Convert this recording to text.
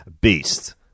Beast